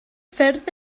ffyrdd